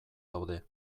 daude